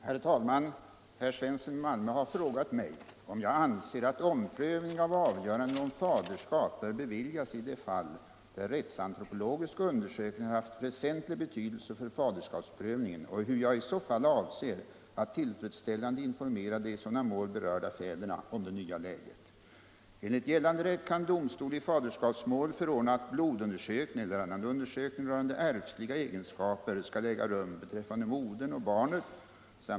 Herr talman! Herr Svensson i Malmö har frågat mig om jag anser all omprövning av avgöranden om faderskap bör beviljas i de fall där rättsantropologisk undersökning haft väsentlig betydelse för faderskapsprövningen och hur jag i så fall avser att tillfredsställande informera de i sådana mål berörda fäderna om det nya läget.